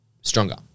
stronger